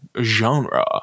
genre